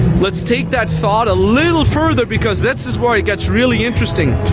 let's take that thought a little further, because this is where it gets really interesting.